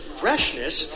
freshness